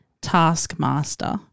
Taskmaster